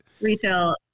Retail